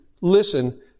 listen